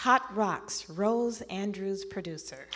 hot rocks rolls andrews producer